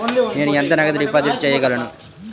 నేను ఎంత నగదు డిపాజిట్ చేయగలను?